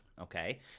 Okay